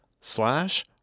slash